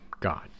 God